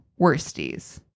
worsties